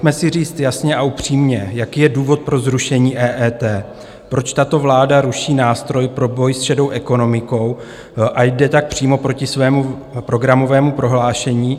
Pojďme si říct jasně a upřímně, jaký je důvod pro zrušení EET, proč tato vláda ruší nástroj pro boj s šedou ekonomikou a jde tak přímo proti svému programovému prohlášení.